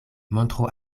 montru